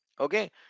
okay